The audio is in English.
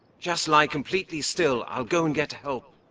just lie completely still. i'll go and get help.